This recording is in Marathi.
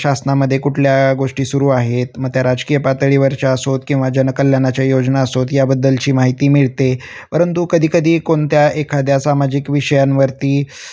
शासनामध्ये कुठल्या गोष्टी सुरू आहेत मग त्या राजकीय पातळीवरच्या असोत किंवा जनकल्याणाच्या योजना असोत याबद्दलची माहिती मिळते परंतु कधीकधी कोणत्या एखाद्या सामाजिक विषयांवरती